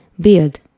Build